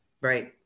Right